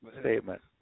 statement